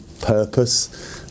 purpose